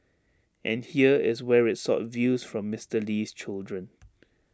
and here is where IT sought views from Mister Lee's children